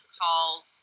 calls